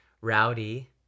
rowdy